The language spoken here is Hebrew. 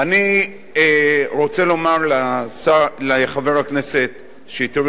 אני רוצה לומר לחבר הכנסת שטרית,